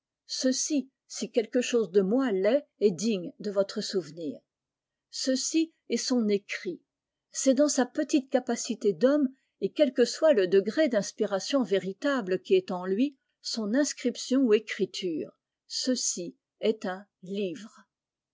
ceci si quelque chose de moi l'est est digne de votre souvenir ceci est son écrit c'est dans sa petite capacité d'homme et quel que soit le degré d'inspiration véritable qui est en lui son inscription ou écriture ceci est un livre